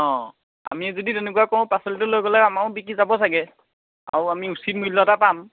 অঁ আমি যদি তেনেকুৱা কৰোঁ পাচলিটো লৈ গ'লে আমাৰো বিক্ৰী যাব চাগে আৰু আমি উচিত মূল্য এটা পাম